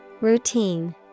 routine